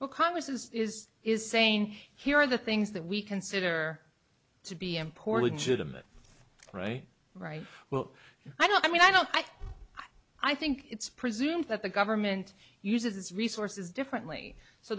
well congress is is is saying here are the things that we consider to be important to them and right right well i don't i mean i don't i think it's presumed that the government uses its resources differently so